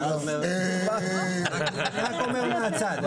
אני רק אומר מהצד.